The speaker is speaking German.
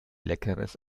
leckeres